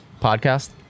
podcast